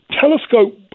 telescope